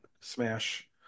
smash